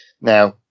Now